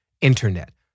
internet